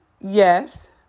Yes